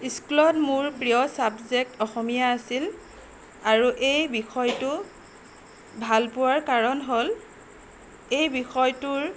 স্কুলত মোৰ প্ৰিয় ছাবজেক্ট অসমীয়া আছিল আৰু এই বিষয়টো ভালপোৱাৰ কাৰণ হ'ল এই বিষয়টোৰ